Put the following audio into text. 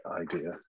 idea